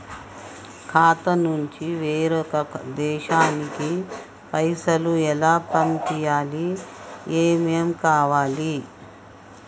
ఖాతా నుంచి వేరొక దేశానికి పైసలు ఎలా పంపియ్యాలి? ఏమేం కావాలి?